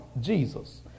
Jesus